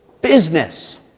Business